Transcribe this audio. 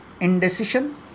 indecision